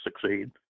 succeed